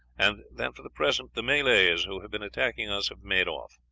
and that for the present the malays who have been attacking us have made off.